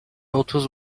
otuz